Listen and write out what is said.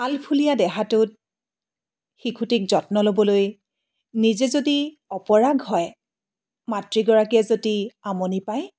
আলফুলীয়া দেহাটোত শিশুটিক যত্ন ল'বলৈ নিজে যদি অপাৰগ হয় মাতৃগৰাকীয়ে যদি আমনি পায়